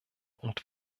und